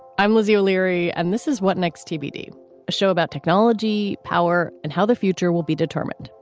i'm lizzie o'leary and this is what next tbd show about technology, power and how the future will be determined.